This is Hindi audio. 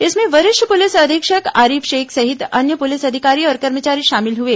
इसमें वरिष्ठ पुलिस अधीक्षक आरिफ शेख सहित अन्य पुलिस अधिकारी और कर्मचारी शामिल हुए